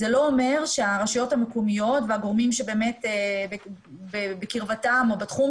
זה לא אומר שהרשויות המקומיות והגורמים שבאמת בקרבתם או בתחום